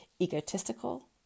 egotistical